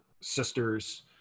Sisters